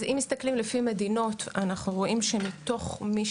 אז אם מסתכלים לפני מדינות, אנחנו רואים שמתוך מי